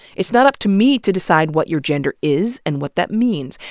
it's not up to me to decide what your gender is and what that means.